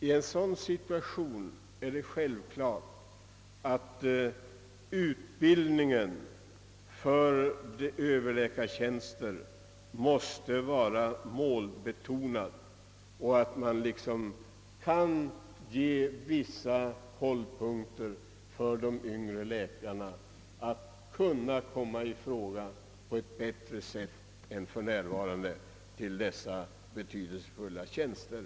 I en sådan situation är det självklart att utbildningen för överläkartjänster måste vara målbetonad och att man måste kunna ge de yngre läkarna bättre möjligheter än för närvarande att komma i fråga till dessa betydelsefulla tjänster.